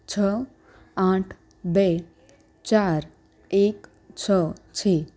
છ આઠ બે ચાર એક છ છે